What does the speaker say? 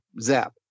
Zap